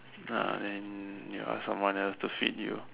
and you ask someone else to feed you